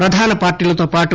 ప్రధాన పార్టీలతో పాటు